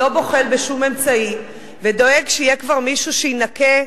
לא בוחל בשום אמצעי ודואג שיהיה כבר מישהו שינקה,